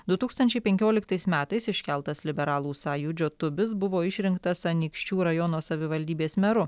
du tūkstančiai penkioliktais metais iškeltas liberalų sąjūdžio tubis buvo išrinktas anykščių rajono savivaldybės meru